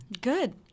Good